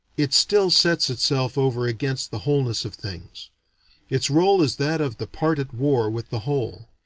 it still sets itself over against the wholeness of things its role is that of the part at war with the whole.